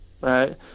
right